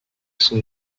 son